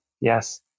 Yes